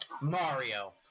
Mario